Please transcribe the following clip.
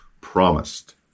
Promised